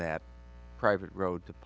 that private road to